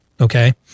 Okay